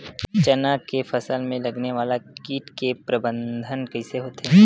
चना के फसल में लगने वाला कीट के प्रबंधन कइसे होथे?